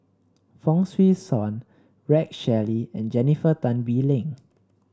Fong Swee Suan Rex Shelley and Jennifer Tan Bee Leng